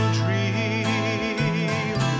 dream